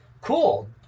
cool